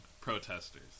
protesters